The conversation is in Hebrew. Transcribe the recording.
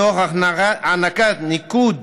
תוך הענקת ניקוד